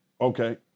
Okay